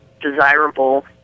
desirable